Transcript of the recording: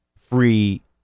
free